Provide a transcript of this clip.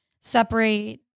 separate